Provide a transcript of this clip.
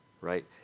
Right